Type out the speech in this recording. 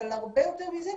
אבל הרבה יותר מזה,